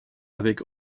avec